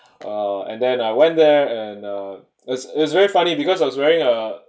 ah and then I went there and err it's it's very funny because I was wearing a